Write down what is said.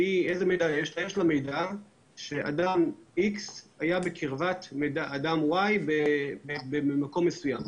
מידע שאדם מסוים היה בקרבת אדם אחר במקום מסוים.